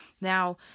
Now